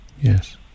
yes